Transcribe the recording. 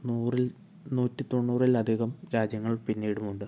നൂറിൽ നൂറ്റി തൊണ്ണൂറിലധികം രാജ്യങ്ങൾ പിന്നീടുമുണ്ട്